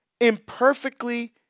imperfectly